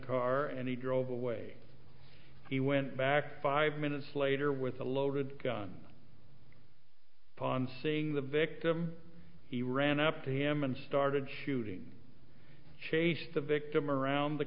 car and he drove away he went back five minutes later with a loaded gun upon seeing the victim he ran up to him and started shooting changed the victim around the